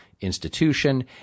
institution